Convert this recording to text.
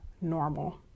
normal